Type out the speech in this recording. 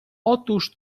otóż